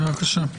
בבקשה.